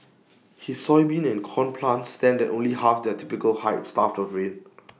his soybean and corn plants stand at only half their typical height starved of rain